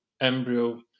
embryo